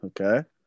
Okay